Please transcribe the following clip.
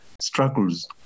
struggles